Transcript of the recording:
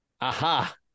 aha